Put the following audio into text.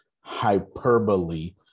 hyperbole